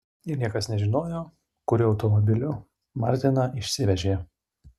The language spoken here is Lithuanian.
ir niekas nežinojo kuriuo automobiliu martiną išsivežė